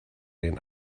den